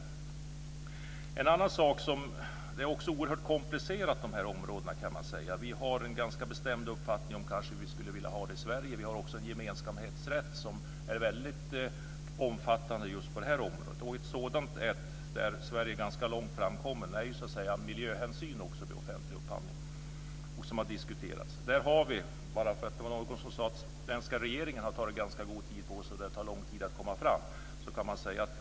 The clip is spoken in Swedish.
Dessa områden är oerhört komplicerade. Vi har en ganska bestämd uppfattning om hur vi skulle vilja ha det i Sverige. Men vi har också en gemensamhetsrätt som är väldigt omfattande på just detta område. Ett område där Sverige har kommit mycket långt gäller miljöhänsyn vid offentlig upphandling. Det var någon som sade att den svenska regeringen har tagit ganska god tid på sig och att det tar lång tid att komma fram.